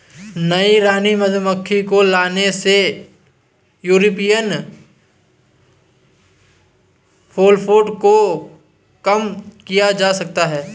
नई रानी मधुमक्खी को लाने से यूरोपियन फॉलब्रूड को कम किया जा सकता है